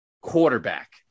Quarterback